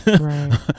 Right